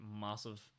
massive